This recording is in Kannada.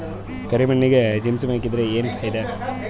ಕರಿ ಮಣ್ಣಿಗೆ ಜಿಪ್ಸಮ್ ಹಾಕಿದರೆ ಏನ್ ಫಾಯಿದಾ?